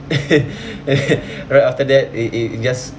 right after that it it just